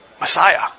Messiah